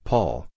Paul